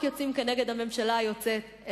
לא רק יוצאים נגד הממשלה היוצאת,